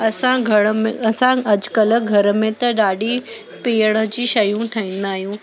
असां घर में असां अॼुकल्ह घर में त ॾाढी पीअण जी शयूं ठाहींदा आहियूं